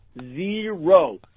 Zero